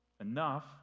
Enough